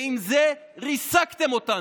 ועם זה ריסקתם אותנו.